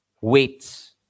weights